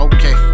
Okay